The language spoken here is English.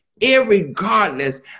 irregardless